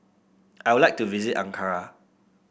I would like to visit Ankara